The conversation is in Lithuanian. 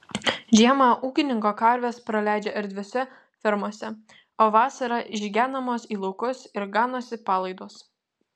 žiemą ūkininko karvės praleidžia erdviose fermose o vasarą išgenamos į laukus ir ganosi palaidos